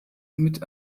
mit